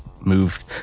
moved